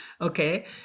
okay